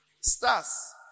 Stars